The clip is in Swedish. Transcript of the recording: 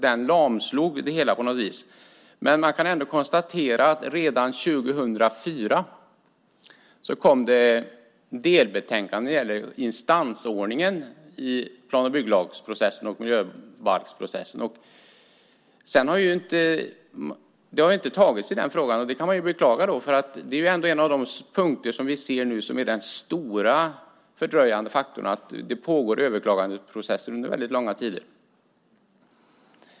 Den lamslog det hela. Man kan ändå konstatera att redan 2004 kom ett delbetänkande när det gäller instansordningen i plan och bygglagsprocessen och miljöbalksprocessen. Sedan har inte beslut fattats i frågan. Det kan man beklaga. Den punkt som är den stora fördröjande faktorn är att överklagandeprocesserna pågår under långa tider.